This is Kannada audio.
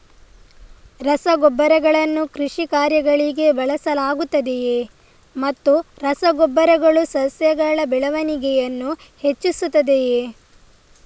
ರಸಗೊಬ್ಬರಗಳನ್ನು ಕೃಷಿ ಕಾರ್ಯಗಳಿಗೆ ಬಳಸಲಾಗುತ್ತದೆಯೇ ಮತ್ತು ರಸ ಗೊಬ್ಬರಗಳು ಸಸ್ಯಗಳ ಬೆಳವಣಿಗೆಯನ್ನು ಹೆಚ್ಚಿಸುತ್ತದೆಯೇ?